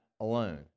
alone